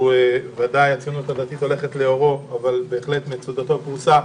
שהציונות הדתית הולכת לאורו ומצודתו פרושה